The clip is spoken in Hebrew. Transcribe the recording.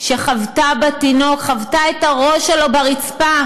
שחבטה בתינוק, חבטה את הראש שלו ברצפה,